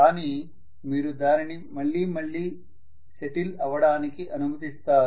కానీ మీరు దానిని మళ్ళీ మళ్ళీ సెటిల్ అవ్వడానికి అనుమతిస్తారు